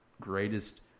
greatest